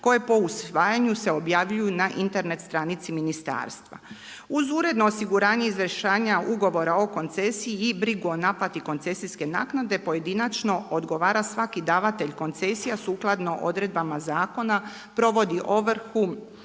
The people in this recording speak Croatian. koja po usvajanju se objavljuju na Internet stranici ministarstva. Uz uredno osiguranje …/Govornik se ne razumije./… ugovara o koncesiji i brigu o naplati koncesijske naplate, pojedinačno odgovara svaki davatelj koncesija, sukladno odredbama zakona, provodi ovrhu